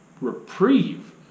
reprieve